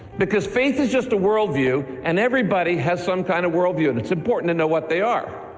because faith is just a world view and everybody has some kind of world view and it's important to know what they are.